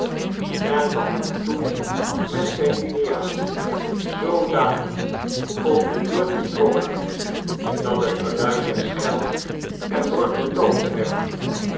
en begon toen met zijne liniaal zoodanig op de deur te trommelen dat het geluid der schel er door verdoofd werd